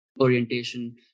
orientation